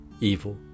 evil